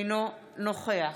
אינו נוכח